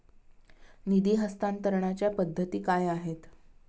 निधी हस्तांतरणाच्या पद्धती काय आहेत?